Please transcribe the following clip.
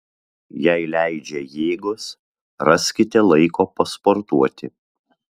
jei leidžia jėgos raskite laiko pasportuoti